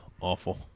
awful